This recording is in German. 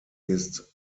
ist